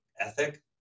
ethic